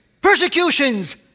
persecutions